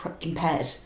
impaired